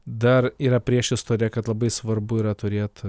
dar yra priešistorė kad labai svarbu yra turėt